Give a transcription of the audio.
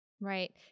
Right